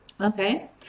Okay